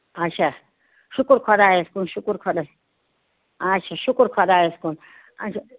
اَچھا شُکُر خۄدایَس کُن شُکُر خۄدا اچھا شُکُر خۄدایَس کُن اَچھا